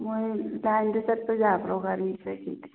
ꯃꯣꯏ ꯂꯥꯏꯟꯗ ꯆꯠꯄ ꯌꯥꯕ꯭ꯔꯣ ꯒꯥꯔꯤ ꯀꯩꯀꯩꯗꯤ